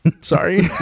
Sorry